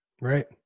Right